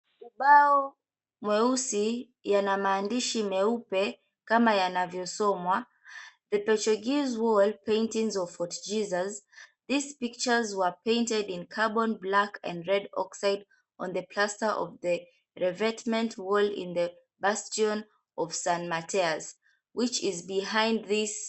Ubao mweusi yana maandishi meupe kama yanavyosomwa The Portuguese wall paintings of fort Jesus. These pictures were painted in carbon black and red oxide on the plaster of the revetment wall in the bastion of san mateus which is behind this .